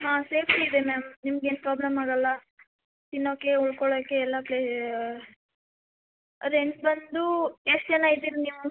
ಹಾಂ ಸೇಫ್ಟಿ ಇದೆ ಮ್ಯಾಮ್ ನಿಮ್ಗೆ ಏನೂ ಪ್ರಾಬ್ಲಮ್ ಆಗೋಲ್ಲ ತಿನ್ನೋಕ್ಕೆ ಉಳ್ಕೊಳ್ಳೋಕ್ಕೆ ಎಲ್ಲ ಪ್ಲೇ ರೆಂಟ್ ಬಂದು ಎಷ್ಟು ಜನ ಇದ್ದೀರಿ ನೀವು